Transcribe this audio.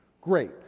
great